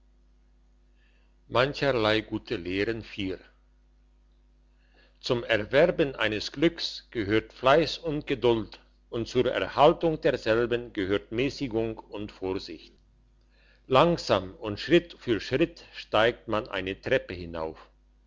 mancherlei gute lehren zum erwerben eines glücks gehört fleiss und geduld und zur erhaltung desselben gehört mässigung und vorsicht langsam und schritt für schritt steigt man eine treppe hinauf